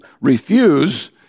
refuse